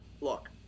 Look